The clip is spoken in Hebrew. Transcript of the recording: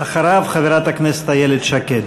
אחריו, חברת הכנסת איילת שקד.